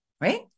Right